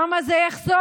כמה זה יחסוך,